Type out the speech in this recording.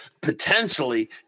potentially